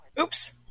Oops